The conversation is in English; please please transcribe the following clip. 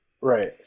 right